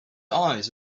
eyes